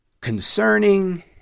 concerning